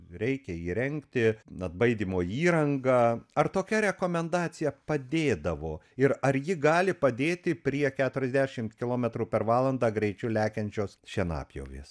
reikia įrengti na baidymo įrangą ar tokia rekomendacija padėdavo ir ar ji gali padėti prie keturiasdešim kilometrų per valandą greičiu lekiančios šienapjovės